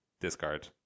discard